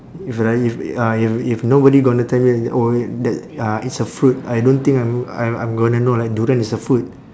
if like if uh if if nobody gonna tell you oh that uh it's a fruit I don't think I'm I'm I'm gonna know like durian is a food